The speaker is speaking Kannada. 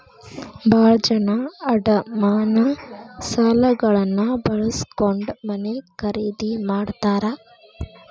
ಭಾಳ ಜನ ಅಡಮಾನ ಸಾಲಗಳನ್ನ ಬಳಸ್ಕೊಂಡ್ ಮನೆ ಖರೇದಿ ಮಾಡ್ತಾರಾ